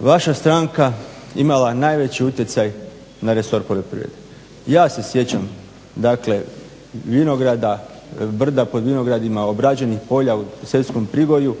vaša stranka imala najveći utjecaj na resor poljoprivrede. Ja se sjećam dakle vinograda, brda pod vinogradima, obrađenih polja u … prigorju,